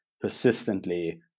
persistently